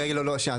שניה,